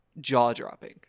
jaw-dropping